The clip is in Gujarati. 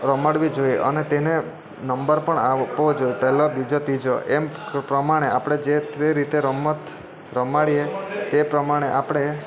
રમાડવી જોઈએ અને તેને નંબર પણ આપવો જોઈએ પહેલો બીજો ત્રીજો એમ પ્રમાણે આપણે જે તે રમત રમાડીએ તે પ્રમાણે આપણે